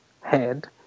head